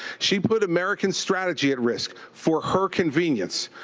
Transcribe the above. she put american strategy at risk for her convenience.